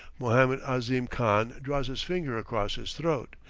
mohammed ahzim khan draws his finger across his throat,